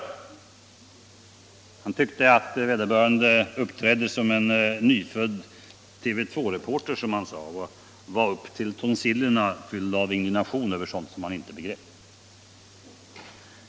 Finansministern tyckte att vederbörande, som han sade, uppträdde som en ”nyfödd TV 2-reporter” och var ”upp till tonsillerna” fylld av indignation över sådant som han inte begrep.